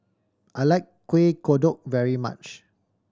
I like Kueh Kodok very much